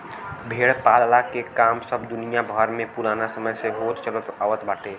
भेड़ पालला के काम सब दुनिया भर में पुराना समय से होत चलत आवत बाटे